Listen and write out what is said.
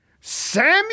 Samuel